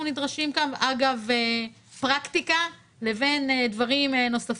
נדרשים כאן אגב פרקטיקה לבין דברים נוספים.